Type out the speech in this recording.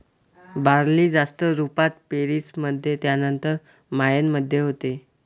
barley जास्त रुपात पेरीस मध्ये त्यानंतर मायेन मध्ये होते